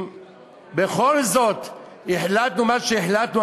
אם בכל זאת החלטנו מה שהחלטנו,